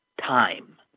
time